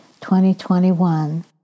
2021